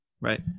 right